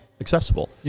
accessible